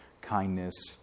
kindness